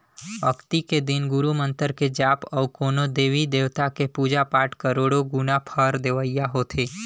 अक्ती के दिन गुरू मंतर के जाप अउ कोनो देवी देवता के पुजा पाठ करोड़ो गुना फर देवइया होथे